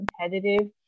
competitive